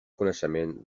coneixement